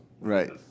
Right